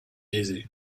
easy